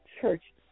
Church